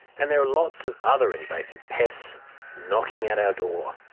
and there are lots of other invasive pests knocking at our door,